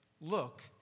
look